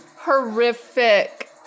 horrific